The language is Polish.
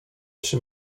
przy